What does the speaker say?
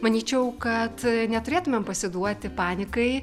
manyčiau kad neturėtumėm pasiduoti panikai